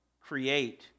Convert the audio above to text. create